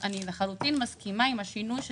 אני לחלוטין מסכימה עם השינוי שנדרש,